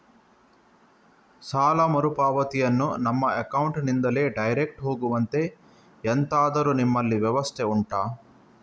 ಸಾಲ ಮರುಪಾವತಿಯನ್ನು ನಮ್ಮ ಅಕೌಂಟ್ ನಿಂದಲೇ ಡೈರೆಕ್ಟ್ ಹೋಗುವಂತೆ ಎಂತಾದರು ನಿಮ್ಮಲ್ಲಿ ವ್ಯವಸ್ಥೆ ಉಂಟಾ